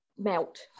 melt